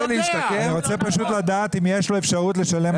אני רוצה פשוט לדעת אם יש לו אפשרות לשלם משכנתה.